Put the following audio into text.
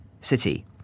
city